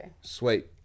Sweet